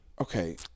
Okay